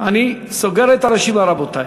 אני סוגר את הרשימה, רבותי.